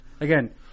again